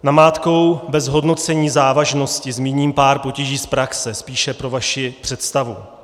Namátkou bez hodnocení závažnosti zmíním pár potíží z praxe, spíše pro vaši představu.